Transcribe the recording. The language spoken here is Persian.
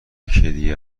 هدیه